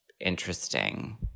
interesting